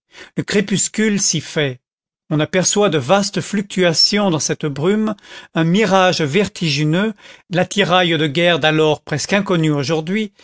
le crépuscule s'y fait on aperçoit de vastes fluctuations dans cette brume un mirage vertigineux l'attirail de guerre d'alors presque inconnu aujourd'hui